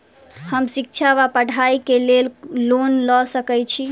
हम शिक्षा वा पढ़ाई केँ लेल लोन लऽ सकै छी?